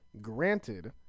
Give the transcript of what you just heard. granted